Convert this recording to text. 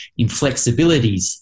inflexibilities